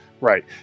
Right